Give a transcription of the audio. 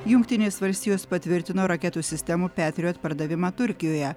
jungtinės valstijos patvirtino raketų sistemų petrijot pardavimą turkijoje